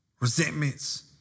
resentments